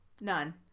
none